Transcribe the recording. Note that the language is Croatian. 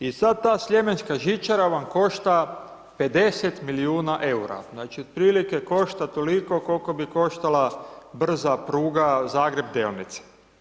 I sad ta sljemenska žičara vam košta 50 milijuna eura, znači otprilike košta toliko koliko bi koštala brza pruga Zagreb – Delnice.